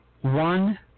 One